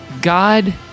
God